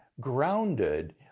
grounded